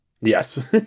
Yes